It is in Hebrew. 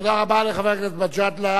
תודה רבה לחבר הכנסת מג'אדלה.